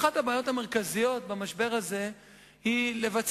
אחת הבעיות המרכזיות במשבר הזה היא לעשות